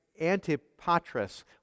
Antipatris